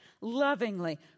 lovingly